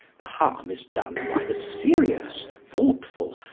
the harm is done by the serious, thoughtful,